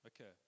Okay